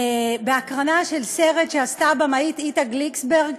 בהקרנה של סרט שעשתה הבימאית איטה גליקסברג,